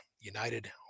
united